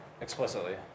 explicitly